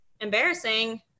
embarrassing